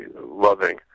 loving